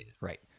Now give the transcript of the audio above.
Right